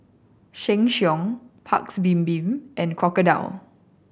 Sheng Siong Paik's Bibim and Crocodile